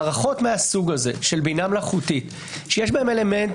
מערכות מסוג זה של בינה מלאכותית שיש בהם אלמנט